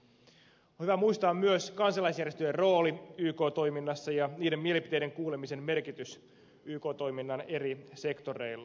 on hyvä muistaa myös kansalaisjärjestöjen rooli yk toiminnassa ja niiden mielipiteiden kuulemisen merkitys yk toiminnan eri sektoreilla